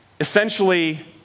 Essentially